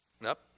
Nope